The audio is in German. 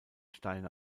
steine